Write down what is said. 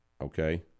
okay